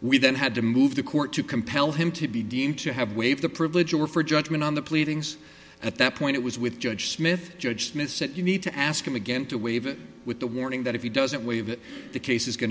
we then had to move the court to compel him to be deemed to have waived the privilege or for judgment on the pleadings at that point it was with judge smith judge smith said you need to ask him again to waive it with the warning that if he doesn't waive it the case is go